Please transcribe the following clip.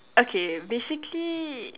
okay basically